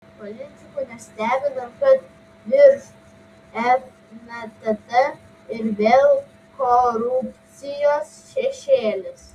politikų nestebina kad virš fntt ir vėl korupcijos šešėlis